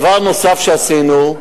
דבר נוסף שעשינו,